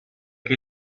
che